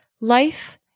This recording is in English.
Life